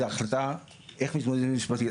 זה החלטה איך מתמודדים משפטית.